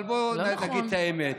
אבל בואו נגיד את האמת.